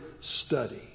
study